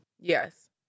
Yes